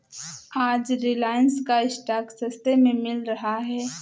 आज रिलायंस का स्टॉक सस्ते में मिल रहा है